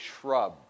shrub